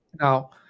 Now